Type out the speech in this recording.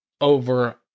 over